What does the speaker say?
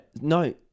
No